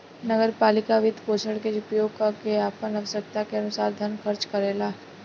नगर पालिका वित्तपोषण के उपयोग क के आपन आवश्यकता के अनुसार धन खर्च करेला